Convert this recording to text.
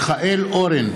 מיכאל אורן,